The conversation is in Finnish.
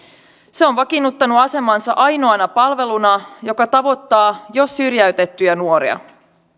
se on vakiinnuttanut asemansa ainoana palveluna joka tavoittaa jo syrjäytettyjä nuoria